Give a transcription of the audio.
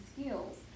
skills